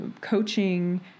coaching